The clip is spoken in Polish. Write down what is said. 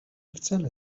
wcale